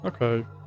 Okay